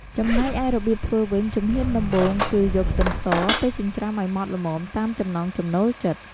ចំណែកឯរបៀបធ្វើវិញ ជំហានដំបូង គឺ យកខ្ទឹមស ទៅចិញ្ច្រាំឱ្យម៉ដ្ឋល្មមតាមចំណង់ចំណូលចិត្ត។